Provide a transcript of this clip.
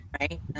right